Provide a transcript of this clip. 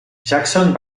jackson